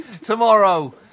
Tomorrow